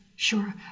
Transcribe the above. Sure